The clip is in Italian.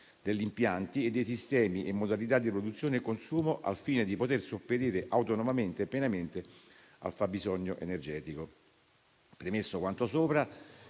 degli impianti, dei sistemi e delle modalità di produzione e consumo, al fine di poter sopperire autonomamente e pienamente al fabbisogno energetico. Premesso quanto sopra,